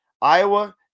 Iowa